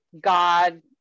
God